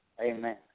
Amen